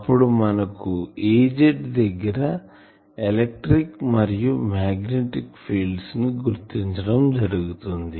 అప్పుడు మనకు Az దగ్గర ఎలక్ట్రిక్ మరియు మాగ్నెటిక్ ఫీల్డ్స్ ని గుర్తించడం జరుగుతుంది